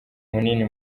munini